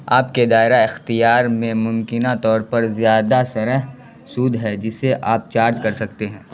آپ کے دائرہ اختیار میں ممکنہ طور پر زیادہ شرح سود ہے جسے آپ چارج کر سکتے ہیں